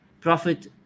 Prophet